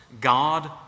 God